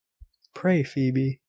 pray, phoebe,